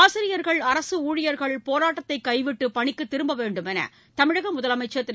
ஆசிரியர்கள் அரசு ஊழியர்கள் போராட்டத்தை கைவிட்டு பணிக்கு திரும்ப வேண்டும் என்று தமிழக முதலமைச்சர் திரு